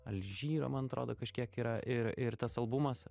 alžyro man atrodo kažkiek yra ir ir tas albumas